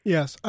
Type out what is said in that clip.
Yes